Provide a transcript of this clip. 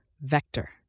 Vector